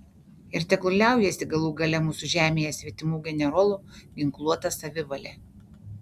ir tegul liaujasi galų gale mūsų žemėje svetimų generolų ginkluota savivalė